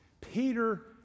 Peter